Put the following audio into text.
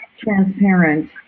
transparent